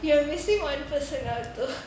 you are missing one person out though